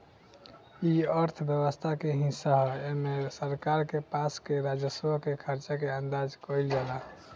इ अर्थव्यवस्था के हिस्सा ह एमे सरकार के पास के राजस्व के खर्चा के अंदाज कईल जाला